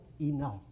enough